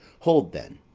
hold, then.